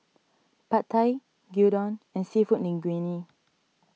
Pad Thai Gyudon and Seafood Linguine